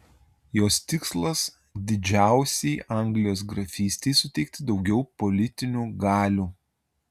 jos tikslas didžiausiai anglijos grafystei suteikti daugiau politinių galių